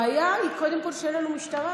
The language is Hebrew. הבעיה, קודם כול, היא שאין לנו משטרה.